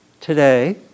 today